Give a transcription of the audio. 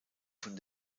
von